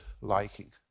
liking